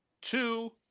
two